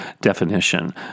definition